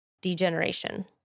degeneration